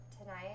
tonight